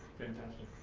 fantastic.